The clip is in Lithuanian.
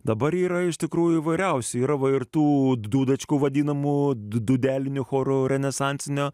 dabar yra iš tikrųjų įvairiausių yra va ir tų dūdačkų vadinamų dūdelinių choro renesansinio